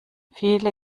viele